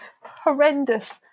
horrendous